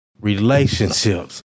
relationships